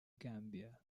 gambia